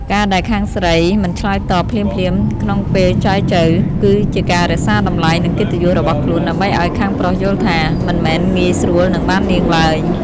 ការដែលខាងស្រីមិនឆ្លើយតបភ្លាមៗក្នុងពេលចែចូវ គឺជាការរក្សាតម្លៃ និងកិត្តិយសរបស់ខ្លួន ដើម្បីឱ្យខាងប្រុសយល់ថា មិនមែនងាយស្រួលនឹងបាននាងឡើយ។